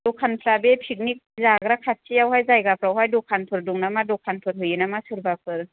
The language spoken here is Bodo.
दखानफोरा बे पिकनिक जाग्रा खाथियावहाय जायगाफोरावहाय दखानफोर दं नामा दखानफोर होयो नामा सोरबाफोर